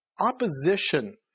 Opposition